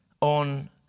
on